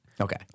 Okay